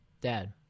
Dad